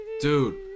dude